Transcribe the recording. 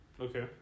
okay